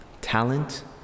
talent